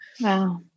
Wow